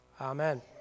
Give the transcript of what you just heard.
amen